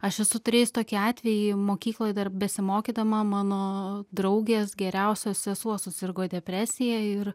aš esu turėjus tokį atvejį mokykloj dar besimokydama mano draugės geriausios sesuo susirgo depresija ir